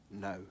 No